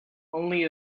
only